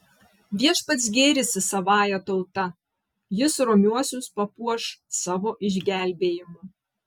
viešpats gėrisi savąja tauta jis romiuosius papuoš savo išgelbėjimu